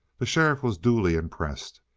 the sheriff was duly impressed.